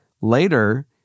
later